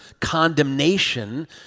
condemnation